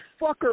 fucker